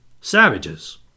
Savages